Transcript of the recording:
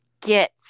get